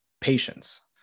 patience